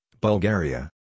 Bulgaria